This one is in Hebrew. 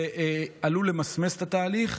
זה עלול למסמס את התהליך.